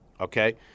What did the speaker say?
Okay